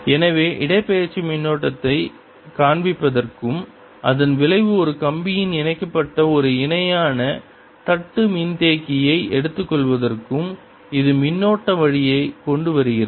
எனவே இடப்பெயர்ச்சி மின்னோட்டத்தைக் காண்பிப்பதற்கும் அதன் விளைவு ஒரு கம்பியுடன் இணைக்கப்பட்ட ஒரு இணையான தட்டு மின்தேக்கியை எடுத்துக்கொள்வதற்கும் இது மின்னோட்ட வழியைக் கொண்டுவருகிறது